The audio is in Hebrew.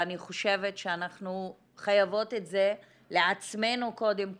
ואני חושבת שאנחנו חייבות את זה לעצמנו קודם כל,